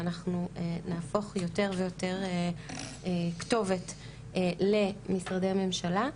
ואנחנו נהפוך יותר ויותר כתובת למשרדי ממשלה.